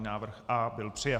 Návrh A byl přijat.